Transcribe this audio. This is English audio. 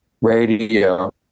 radio